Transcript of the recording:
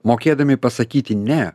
mokėdami pasakyti ne